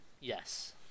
Yes